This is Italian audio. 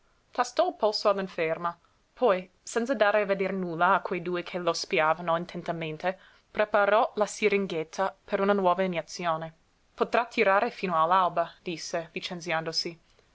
tastò il polso all'inferma poi senza dare a veder nulla a quei due che lo spiavano intentamente preparò la siringhetta per una nuova iniezione potrà tirare fino all'alba disse licenziandosi